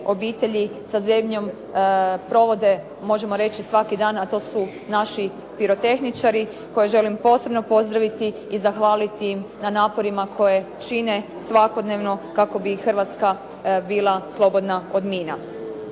obitelji sa zebnjom provode možemo reći svaki dan, a to su naši pirotehničari koje želim posebno pozdraviti i zahvaliti im na naporima koje čine svakodnevno kako bi Hrvatska bila slobodna od mina.